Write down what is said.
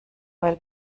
weil